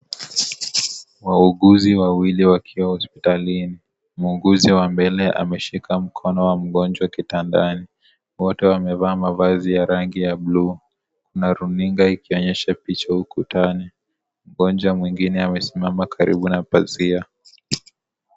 Wauguzi wawili wakiwa hospitalini, muuguzi wa mbele ameshika mkono wa mgonjwa kitandani, wote wamevaa mavazi ya rangi ya bulu na runinga ikionyesha picha ukutani. Mgonjwa mwingine amesiamma karibu na pasia.